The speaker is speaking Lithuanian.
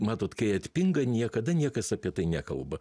matot kai atpinga niekada niekas apie tai nekalba